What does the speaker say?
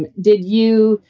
and did you.